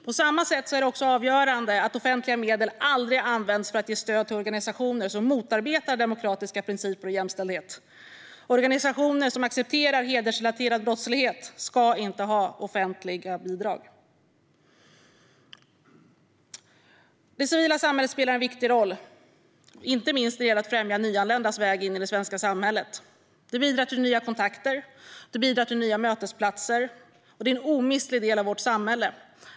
På samma sätt är det också avgörande att offentliga medel aldrig används för att ge stöd till organisationer som motarbetar demokratiska principer och jämställdhet. Organisationer som accepterar hedersrelaterad brottslighet ska inte ha offentliga bidrag. Det civila samhället spelar en viktig roll, inte minst när det gäller att främja nyanländas väg in i det svenska samhället. Det bidrar till nya kontakter. Det bidrar till nya mötesplatser. Och det är en omistlig del av vårt samhälle.